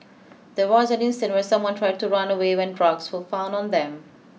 there was an instance where someone tried to run away when drugs were found on them